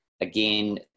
Again